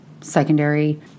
secondary